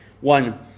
One